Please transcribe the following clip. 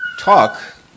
talk